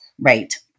Right